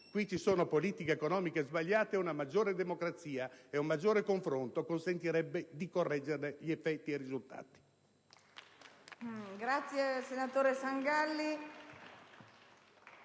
Qui ci sono politiche economiche sbagliate: una maggiore democrazia e un maggiore confronto consentirebbe di correggerne gli effetti e i risultati.